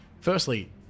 firstly